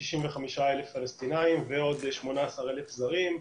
ל-65,000 פלסטינים ועוד 18,000 זרים.